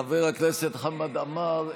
חבר הכנסת חמד עמאר,